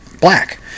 black